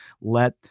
let